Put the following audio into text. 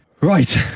Right